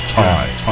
time